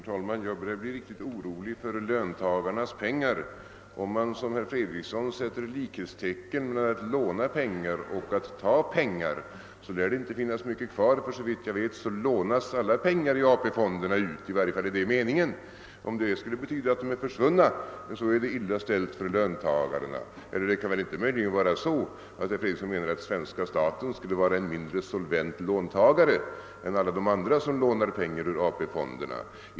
Herr talman! Jag börjar bli riktigt orolig för löntagarnas pengar. Om man som herr Fredriksson sätter likhetstecken mellan att låna pengar och att ta pengar, lär det inte finnas mycket kvar, ty såvitt jag vet lånas alla pengar i AP-fonderna ut; i varje fall är det meningen. Om det skulle betyda att de är försvunna, är det illa ställt för löntagarna. Herr Fredriksson menar väl inte möjligen att svenska staten skulle vara en mindre solvent låntagare än alla de andra som lånar pengar ur AP fonderna?